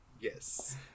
yes